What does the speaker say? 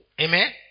Amen